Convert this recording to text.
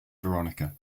veronica